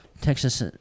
texas